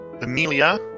Amelia